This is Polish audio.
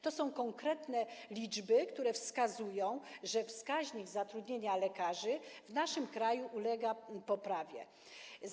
To są konkretne liczby, które wskazują, że wskaźnik zatrudnienia lekarzy w naszym kraju poprawia się.